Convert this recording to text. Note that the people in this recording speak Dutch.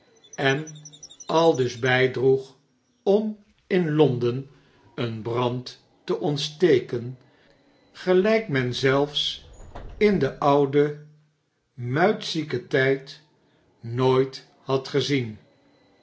en aldus bijdroeg om in lo nd en een brand teontsteken gelijk men zelfs in den ouden muitzieken tijd nooit had gezien